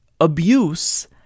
abuse